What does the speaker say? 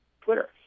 Twitter